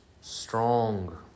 strong